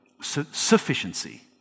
sufficiency